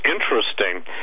interesting